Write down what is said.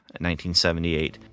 1978